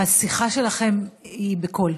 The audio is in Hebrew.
השיחה שלכם היא בקול.